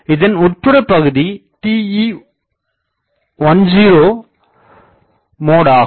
இதனின் உட்புறபகுதி TE10 mode ஆகும்